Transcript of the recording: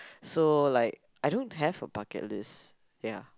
so like I don't have a bucket list ya